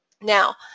now